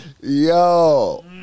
Yo